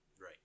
Right